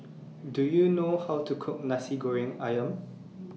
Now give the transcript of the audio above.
Do YOU know How to Cook Nasi Goreng Ayam